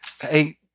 hey